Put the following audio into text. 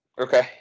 Okay